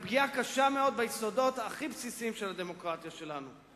ופגיעה קשה מאוד ביסודות הכי בסיסיים של הדמוקרטיה שלנו.